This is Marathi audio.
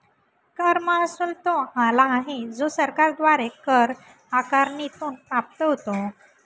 कर महसुल तो आला आहे जो सरकारद्वारे कर आकारणीतून प्राप्त होतो